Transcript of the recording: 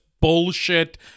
bullshit